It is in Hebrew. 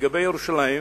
לגבי ירושלים,